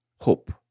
hope